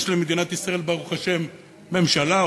יש למדינת ישראל, ברוך השם, ממשלה.